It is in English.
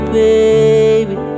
baby